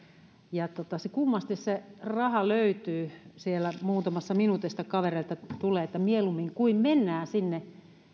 ja kummasti se raha löytyy siellä muutamassa minuutissa kavereilta tulee mieluummin kuin mennään mistä